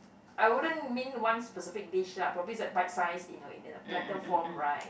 I wouldn't mean one specific dish lah probably is a bite size in a in a platter form right